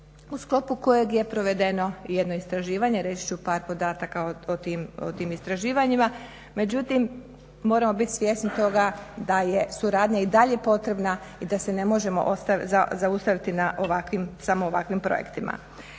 u sklopu kojeg je provedeno i jedno istraživanje. Reći ću par podataka o tim istraživanjima, međutim, moramo biti svjesni toga da je suradnja i dalje potrebna i da se ne možemo zaustaviti na ovakvim, samo ovakvim projektima.